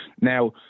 Now